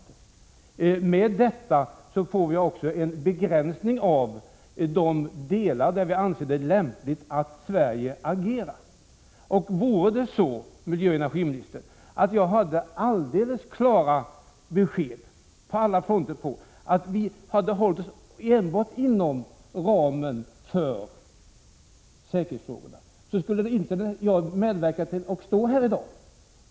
I och med detta får vi också en begränsning av de delar där vi anser det lämpligt att Sverige agerar. Vore det så, miljöoch energiministern, att jag på alla punkter hade helt klara besked att Sverige hållit sig inom ramen för säkerhetsfrågorna skulle jag inte stå här i talarstolen nu.